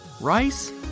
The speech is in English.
rice